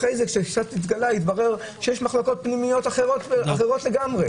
שאחרי זה התגלה שיש מחלוקות פנימיות אחרות לגמרי.